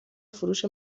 فروش